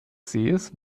sees